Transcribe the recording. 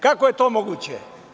Kako je to moguće?